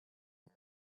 you